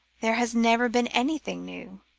there has never been anything new